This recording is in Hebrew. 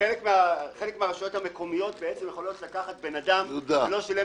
חלק מהרשויות המקומיות יכולות לקחת אדם שלא שילם